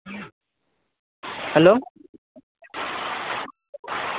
hello